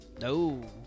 No